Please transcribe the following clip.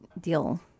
deal